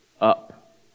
Up